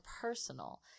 personal